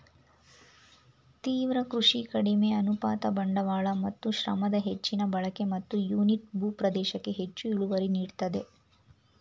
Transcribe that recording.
ತೀವ್ರ ಕೃಷಿ ಕಡಿಮೆ ಅನುಪಾತ ಬಂಡವಾಳ ಮತ್ತು ಶ್ರಮದ ಹೆಚ್ಚಿನ ಬಳಕೆ ಮತ್ತು ಯೂನಿಟ್ ಭೂ ಪ್ರದೇಶಕ್ಕೆ ಹೆಚ್ಚು ಇಳುವರಿ ನೀಡ್ತದೆ